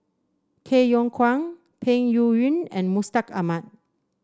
Tay Yong Kwang Peng Yuyun and Mustaq Ahmad